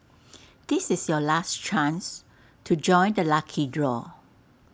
this is your last chance to join the lucky draw